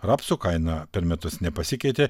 rapsų kaina per metus nepasikeitė